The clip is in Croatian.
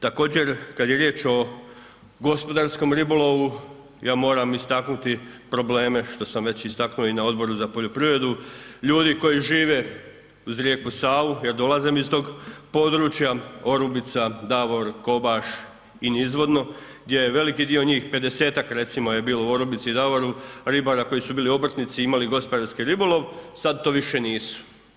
Također kad je riječ o gospodarskom ribolovu, ja moram istaknuti probleme, što sam već istaknuo i na Odboru za poljoprivredu, ljudi koji žive uz rijeku Savu jer dolazim iz tog područja, Orubica, Davor, Kobaš i nizvodno gdje je veliki dio njih, 50-tak recimo, je bilo u Orubici i Davoru, ribara koji su bili obrtnici i imali gospodarski ribolov, sad to više nisu.